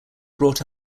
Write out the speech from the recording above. brought